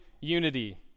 unity